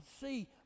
see